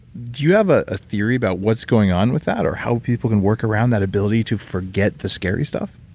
do you have a ah theory about what's going on with that or how people that work around that ability to forget the scary stuff?